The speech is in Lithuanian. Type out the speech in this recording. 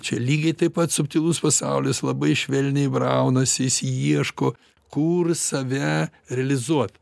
čia lygiai taip pat subtilus pasaulis labai švelniai braunasi jis ieško kur save realizuot